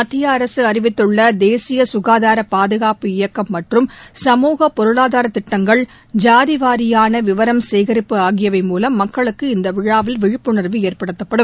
மத்திய அரசு அறிவித்துள்ள தேசிய கனதார பாதுகாப்பு இயக்கம் மற்றும் சமூக பொருளாதார திட்டங்கள் ஜாதி வாரியான விவரம் சேகரிப்பு ஆகியவை மூலம் மக்களுக்கு இந்த விழாவில் விழிப்புணர்வு ஏற்படுத்தப்படும்